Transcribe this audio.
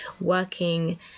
working